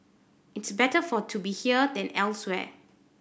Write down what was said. it's better for to be here than elsewhere